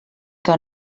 que